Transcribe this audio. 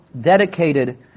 dedicated